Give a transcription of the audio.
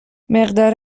مقدار